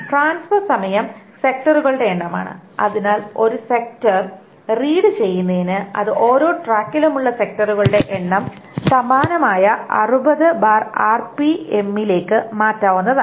transfer സമയം സെക്ടറുകളുടെ എണ്ണമാണ് അതിനാൽ ഒരു സെക്ടർ റീഡ് ചെയ്യുന്നതിന് അത് ഓരോ ട്രാക്കിലുമുള്ള സെക്ടറുകളുടെ എണ്ണം സമാനമായ 60ആർപിഎമ്മിലേക്ക് 60rpm മാറ്റാവുന്നതാണ്